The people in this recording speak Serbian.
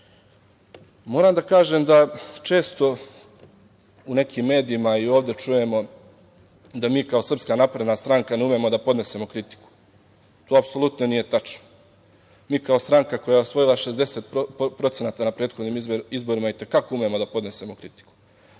banci. Moram da kažem da često u nekim medijima i ovde čujemo da mi kao Srpska napredna stranka ne umemo da podnesemo kritiku. To apsolutno nije tačno. Mi kao stranka koja je osvojila 60% na prethodnim izborima i te kako umemo da podnesemo kritiku,